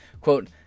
quote